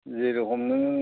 जेरखम नों